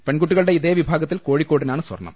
പെൺകുട്ടികളുടെ ഇതേവിഭാഗത്തിൽ കോഴി ക്കോടിനാണ് സ്വർണം